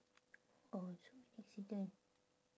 orh so many accident